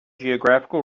geographical